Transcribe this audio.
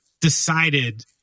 decided